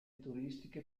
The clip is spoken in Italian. turistiche